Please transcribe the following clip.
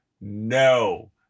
No